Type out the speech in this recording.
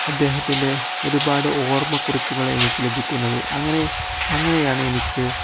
അദ്ദേഹത്തിൻ്റെ ഒരുപാട് ഓർമ്മക്കുറിപ്പുകൾ എനിക്ക് ലഭിക്കുന്നത് അങ്ങനെ അങ്ങനെയാണ് എനിക്ക്